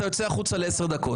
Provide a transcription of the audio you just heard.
אתה יוצא החוצה ל-10 דקות.